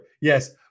Yes